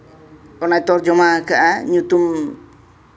ᱚᱱᱟ ᱛᱚᱨᱡᱚᱢᱟ ᱠᱟᱜᱼᱟᱭ ᱧᱩᱛᱩᱢ